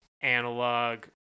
analog